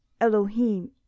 Elohim